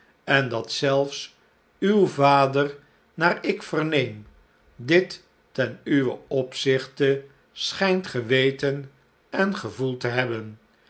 en dat zelfs uw vader naar ik verneem dit ten uwen opzichte schijnt geweten en gevoeld te hebben